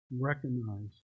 recognize